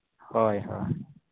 ᱦᱳᱭ ᱦᱳᱭ